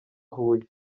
huye